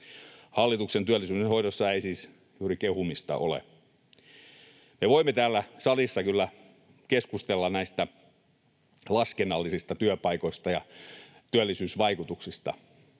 Hallituksen työllisyyden hoidossa ei siis juuri kehumista ole. Me voimme täällä salissa kyllä keskustella näistä laskennallisista työpaikoista ja työllisyysvaikutuksista,